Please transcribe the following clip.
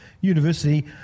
University